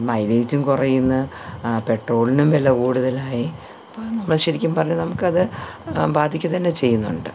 മൈലേജും കുറയുന്നു പെട്രോളിനും വില കൂടുതലായി അപ്പം നമ്മൾ ശരിക്കും പറഞ്ഞാൽ നമുക്കത് ബാധിക്കുക തന്നെ ചെയ്യുന്നുണ്ട്